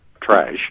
trash